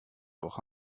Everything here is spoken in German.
woche